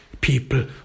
people